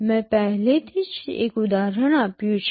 મેં પહેલેથી જ એક ઉદાહરણ આપ્યું છે